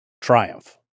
triumph